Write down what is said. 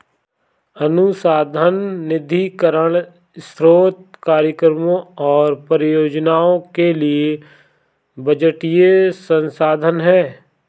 अनुसंधान निधीकरण स्रोत कार्यक्रमों और परियोजनाओं के लिए बजटीय संसाधन है